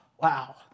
Wow